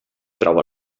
troba